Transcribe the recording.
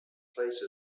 price